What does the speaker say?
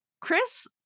Chris